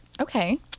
Okay